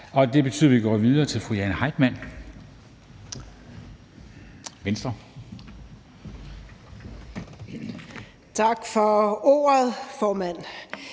Det betyder, at vi går videre til fru Jane Heitmann, Venstre. Kl. 17:40 (Ordfører)